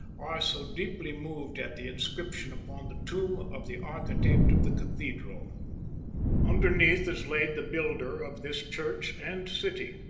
are so deeply moved at the inscription upon the tomb of the architect of the cathedral underneath is laid the builder of this church and city,